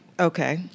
Okay